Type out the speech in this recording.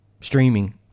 streaming